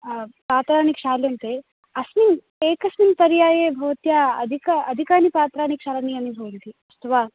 पात्राणि क्षाल्यन्ते अस्मिन् एकस्मिन् पर्याये भवत्या अधिक अधिकानि पात्राणि क्षालनीयानि भवन्ति अस्तु वा